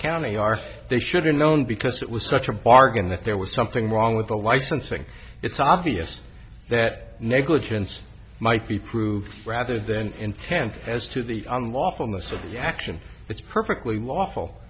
county are they should have known because it was such a bargain that there was something wrong with the licensing it's obvious that negligence might be proved rather than intent as to the unlawfulness of action it's perfectly lawful